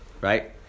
right